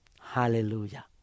Hallelujah